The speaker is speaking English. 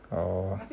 oh